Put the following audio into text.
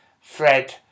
Fred